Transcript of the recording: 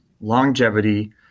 longevity